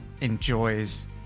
enjoys